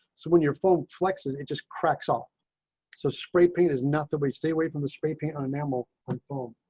so when your phone flexes it just cracks all so spray paint is nothing we stay away from the spray paint on a normal um phone